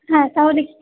হ্যাঁ তাহলে